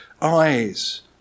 eyes